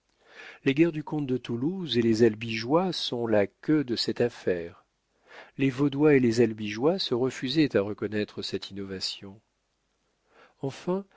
les guerres du comte de toulouse et les albigeois sont la queue de cette affaire les vaudois et les albigeois se refusaient à reconnaître cette innovation enfin